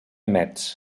metz